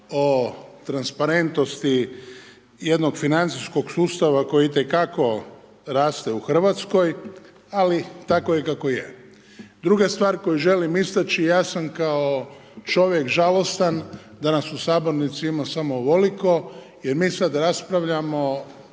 o transparentnosti jednog financijskog sustava koji itekako raste u Hrvatskoj ali tako je kako je. Druga stvar koju želim istaći, ja sam kao čovjek žalostan da nas u sabornici ima samo ovoliko jer mi sada raspravljamo,